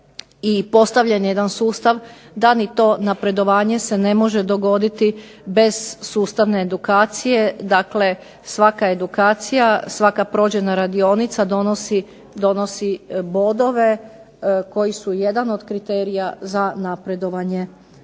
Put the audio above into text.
i postavljen jedan sustav da ni to napredovanje se ne može dogoditi bez sustavne edukacije, dakle svaka edukacija, svaka prođena radionica donosi bodove koji su jedan od kriterija za napredovanje